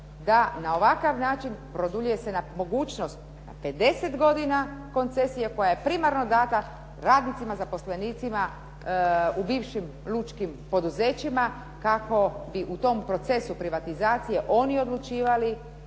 da na ovakav način produljuje se mogućnost na 50 godina koncesije koja je primarno dana radnicima, zaposlenicima u bivšim lučkim poduzećima kako bi u tom procesu privatizacije oni odlučivali